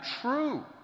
true